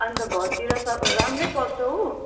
अन्त घरतिर सब राम्रै पढ्छ उ